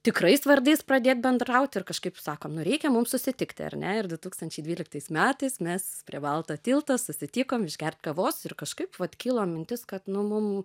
tikrais vardais pradėt bendraut ir kažkaip sakom nu reikia mum susitikti ar ne ir du tūkstančiai dvyliktais metais mes prie balto tilto susitikom išgert kavos ir kažkaip vat kilo mintis kad nu mum